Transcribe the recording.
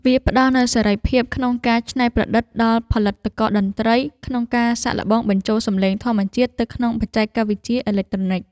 វាផ្ដល់នូវសេរីភាពក្នុងការច្នៃប្រឌិតដល់ផលិតករតន្ត្រី ក្នុងការសាកល្បងបញ្ចូលសំឡេងធម្មជាតិទៅក្នុងបច្ចេកវិទ្យាអេឡិចត្រូនិក។